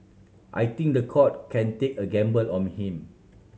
I think the court can take a gamble on him